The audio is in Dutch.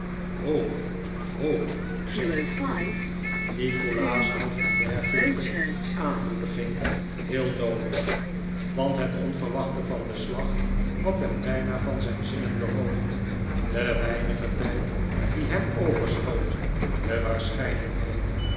hoop hoop zeg ik u nikolaas had een dergelijke aanmoediging heel noodig want het onverwachte van den slag had hem bijna van zijn zinnen beroofd de weinige tijd die hem overschoot de waarschijnlijkheid